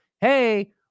Hey